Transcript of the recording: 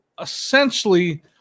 essentially-